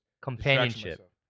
companionship